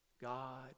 God